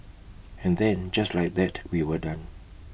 and then just like that we were done